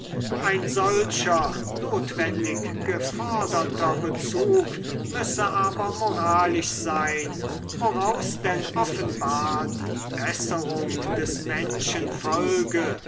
ein solcher notwendig geforderter bezug müsse aber moralisch sein woraus denn offenbar die besserung des menschen folge